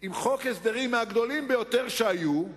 עם חוק הסדרים מהגדולים ביותר שהיו,